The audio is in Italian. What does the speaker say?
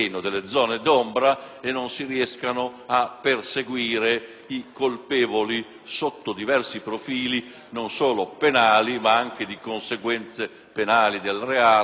colpevoli sotto diversi profili, non solo penali ma anche di conseguenze penali del reato, quali sequestri o confische.